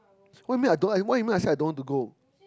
what you mean I don't like what you mean I said I don't want to go